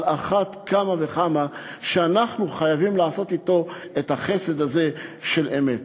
על אחת כמה וכמה שאנחנו חייבים לעשות אתו את החסד הזה של אמת.